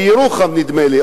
מירוחם נדמה לי,